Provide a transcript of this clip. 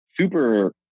super